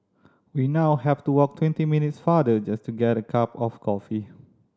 we now have to walk twenty minutes farther just to get a cup of coffee